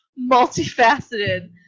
multifaceted